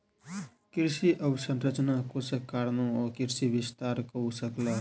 कृषि अवसंरचना कोषक कारणेँ ओ कृषि विस्तार कअ सकला